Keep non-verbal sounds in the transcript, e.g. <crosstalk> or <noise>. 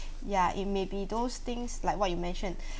ya it may be those things like what you mention <breath>